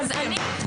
יופי.